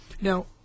Now